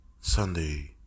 Sunday